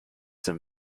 some